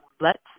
lets